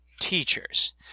teachers